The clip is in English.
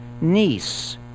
niece